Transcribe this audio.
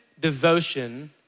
devotion